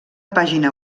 pàgina